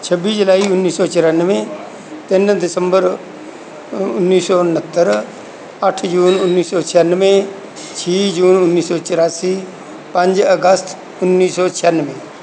ਛੱਬੀ ਜੁਲਾਈ ਉੱਨੀ ਸੌ ਚੁਰਾਨਵੇਂ ਤਿੰਨ ਦਸੰਬਰ ਉੱਨੀ ਸੌ ਉਣਹੱਤਰ ਅੱਠ ਜੂਨ ਉੱਨੀ ਸੌ ਛਿਆਨਵੇਂ ਛੇ ਜੂਨ ਉੱਨੀ ਸੌ ਚੁਰਾਸੀ ਪੰਜ ਅਗਸਤ ਉੱਨੀ ਸੌ ਛਿਆਨਵੇਂ